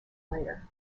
later